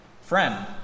Friend